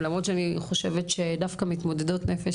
למרות שאני חושבת שדווקא מתמודדות נפש